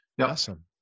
awesome